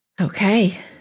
Okay